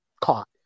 caught